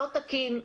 לא תקין,